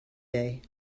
day